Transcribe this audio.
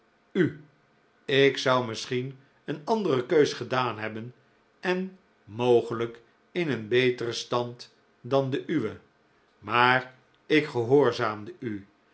u ik zou misschien een andere keus gedaan hebben en mogelijk in een beteren stand dan den uwe maar ik gehoorzaamde u